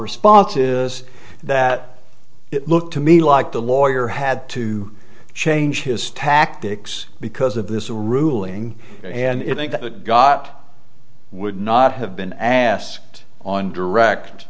response is that it looked to me like the lawyer had to change his tactics because of this ruling and it got would not have been asked on direct